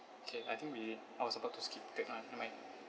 K I think we I was about to skip the third one never mind